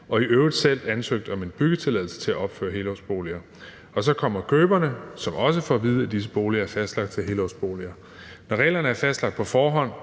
har i øvrigt selv ansøgt om en byggetilladelse til at opføre helårsboliger. Og så kommer køberne, som også får at vide, at disse boliger er fastlagt til helårsboliger. Når reglerne er fastlagt på forhånd